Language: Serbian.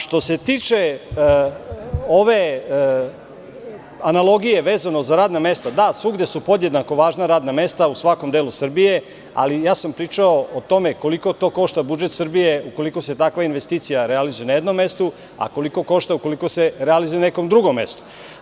Što se tiče ove analogije vezano za radna mesta, da, svuda su podjednako važna radna mesta, da, svuda su podjednako važna radna mesta, u svakom delu Srbije, ali ja sam pričao o tome koliko to košta budžet Srbije ukoliko se takva investicija realizuje na jednom mestu, a koliko košta ukoliko se realizuje na nekom drugom mestu.